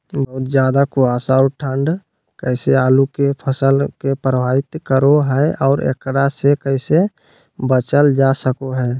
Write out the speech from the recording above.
बहुत ज्यादा कुहासा और ठंड कैसे आलु के फसल के प्रभावित करो है और एकरा से कैसे बचल जा सको है?